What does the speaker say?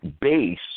base